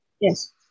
Yes